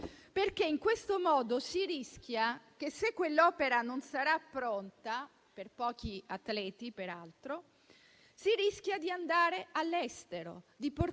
Perché in questo modo si rischia, se quell'opera non sarà pronta (per pochi atleti, peraltro), di andare all'estero, di portare